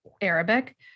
Arabic